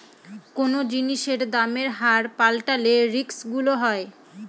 কোনো জিনিসের দামের হার পাল্টালে রিস্ক গুলো হয়